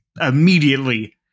immediately